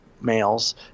males